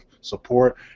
support